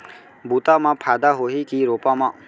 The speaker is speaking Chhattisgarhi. बुता म फायदा होही की रोपा म?